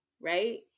Right